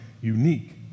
unique